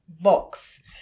box